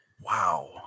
Wow